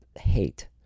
hate